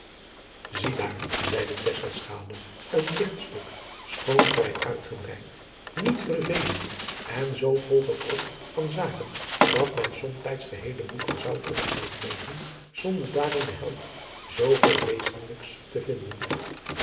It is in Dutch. ziedaar zeide tesselschade een dichtstuk schoon vrij uitgebreid niet vervelende en zoo vol gepropt van zaken dat men somtijds geheele boeken zou kunnen uitlezen zonder adriaan loosjes pzn het leven van hillegonda buisman daarin de helft zooveel wezenlijks te vinden